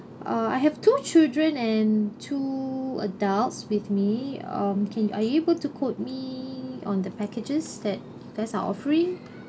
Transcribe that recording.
uh I have two children and two adults with me um can are you able to quote me on the packages that you guys are offering